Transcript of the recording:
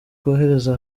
rwohereza